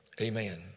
Amen